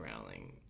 Rowling